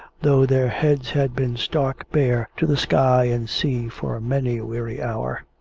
though their heads had been stark bare to the sky and sea for many a weary hour.